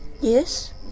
Yes